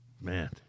Man